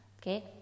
okay